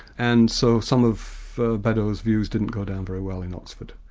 and so some of beddoes' views didn't go down very well in oxford.